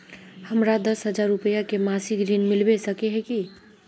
हमरा दस हजार रुपया के मासिक ऋण मिलबे सके है की?